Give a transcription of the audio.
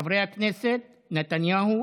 חברי הכנסת בנימין נתניהו,